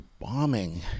bombing